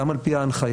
גם על פי ההנחיה,